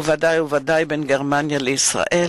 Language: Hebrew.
וודאי וודאי בין גרמניה לישראל.